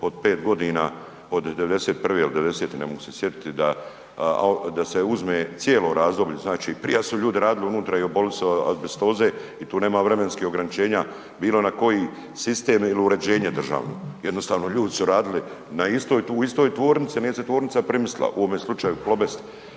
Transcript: od 5 godina od '91. ili '90. ne mogu se sjetiti da se uzme cijelo razdoblje. Znači i prija su ljudi radili unutra i obolili su od azbestoze i tu nema vremenskih ograničenja bilo na koji sistem ili uređenje državno. Jednostavno ljudi su radili na istoj, u istoj tvornici, nije se tvornica primistila, u ovome slučaju Plobest,